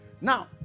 Now